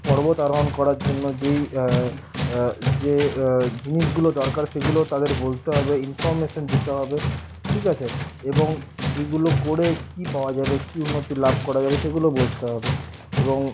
পর্বত আরোহণ করার জন্য যেই যে জিনিসগুলো দরকার সেগুলো তাদের বলতে হবে ইনফর্মেশান দিতে হবে ঠিক আছে এবং এইগুলো করে কি পাওয়া যাবে কি উন্নতি লাভ করা যাবে সেগুলো বলতে হবে এবং